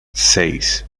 seis